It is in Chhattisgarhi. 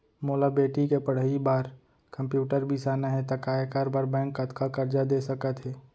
मोला बेटी के पढ़ई बार कम्प्यूटर बिसाना हे त का एखर बर बैंक कतका करजा दे सकत हे?